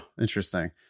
Interesting